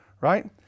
right